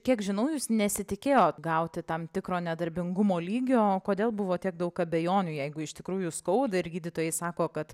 kiek žinau jūs nesitikėjot gauti tam tikro nedarbingumo lygio kodėl buvo tiek daug abejonių jeigu iš tikrųjų skauda ir gydytojai sako kad